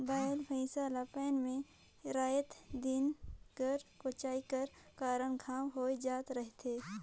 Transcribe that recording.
बइला भइसा ला पैना मे राएत दिन कर कोचई कर कारन घांव होए जाए रहथे